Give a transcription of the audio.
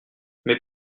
mes